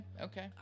okay